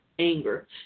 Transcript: Anger